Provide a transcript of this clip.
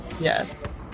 Yes